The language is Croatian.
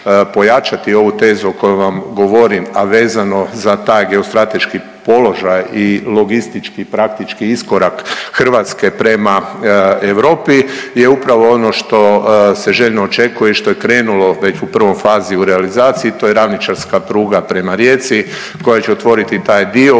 pojačati ovu tezu o kojoj vam govorim, a vezano za ta geostrateški položaj i logistički praktički iskorak Hrvatske prema Europi je upravo ono što se željno očekuje i što je krenulo već u prvoj fazi u realizaciji to je ravničarska pruga prema Rijeci koja će otvoriti taj dio.